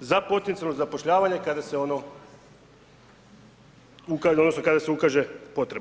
za potencijalno zapošljavanje kada se ono, odnosno kada se ukaže potreba.